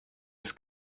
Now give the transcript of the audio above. ist